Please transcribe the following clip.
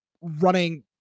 running